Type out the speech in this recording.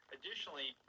Additionally